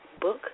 book